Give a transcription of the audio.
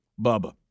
Bubba